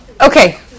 Okay